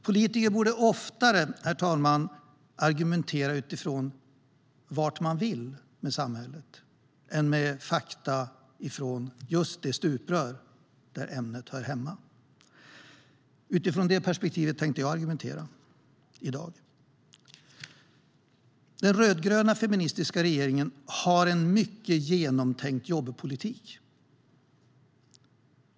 Politiker borde oftare argumentera utifrån vad de vill med samhället än med fakta från just det stuprör där ämnet hör hemma. Utifrån det perspektivet tänkte jag argumentera i dag. Den rödgröna feministiska regeringen har en mycket genomtänkt jobbpolitik.